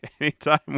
anytime